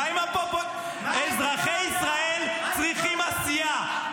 אזרחי ישראל צריכים עשייה,